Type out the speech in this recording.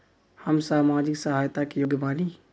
हम सामाजिक सहायता के योग्य बानी?